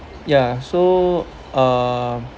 yeah so um